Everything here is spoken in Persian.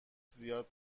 زیاد